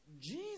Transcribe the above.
Jesus